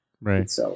Right